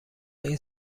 این